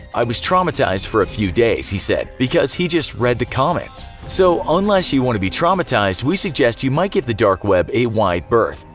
i was traumatized for a few days, he said, because he just read the comments. so, unless you want to be traumatized, we suggest you might give the dark web a wide berth.